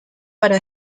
para